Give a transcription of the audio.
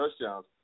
touchdowns